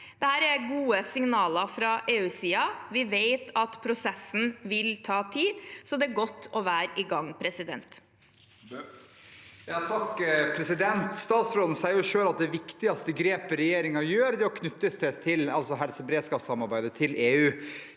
Dette er gode signaler fra EU-siden. Vi vet prosessen vil ta tid, så det er godt å være i gang. Erlend Svardal Bøe (H) Statsråden sier selv at det viktigste grepet regjeringen gjør, er å knytte seg til helseberedskapssamarbeidet i EU.